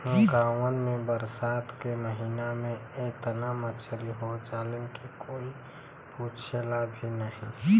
गांवन में बरसात के महिना में एतना मछरी हो जालीन की कोई पूछला भी नाहीं